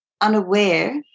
unaware